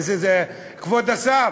כבוד השר,